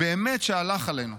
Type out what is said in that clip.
באמת שהלך עלינו.